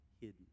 hidden